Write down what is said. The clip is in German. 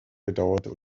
bedauerte